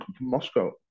Moscow